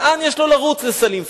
לאן יש לו לרוץ, לסלאם פיאד?